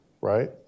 right